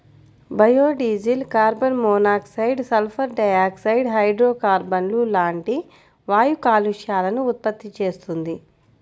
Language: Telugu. biodiesel carbon monoxide, sulphur dioxide, హైడ్రోకార్బన్లు లాంటి వాయు కాలుష్యాలను ఉత్పత్తి చేస్తుంది